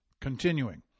Continuing